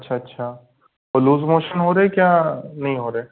अच्छा अच्छा और लूज मोशन हो रहे क्या नहीं हो रहे